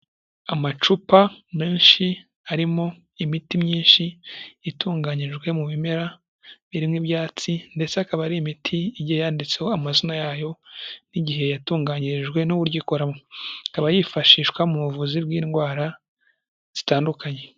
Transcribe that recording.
Amacupa menshi, harimo imiti myinshi, itunganyijwe mu bimera, birimo ibyatsi ndetse akaba ari imiti igiye yanditseho amazina yayo, n'igihe yatunganyirijwe n'uburyo ikoramo. Ikaba yifashishwa mu buvuzi bw'indwara zitandukanye.